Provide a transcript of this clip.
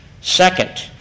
Second